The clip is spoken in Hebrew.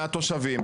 מהתושבים,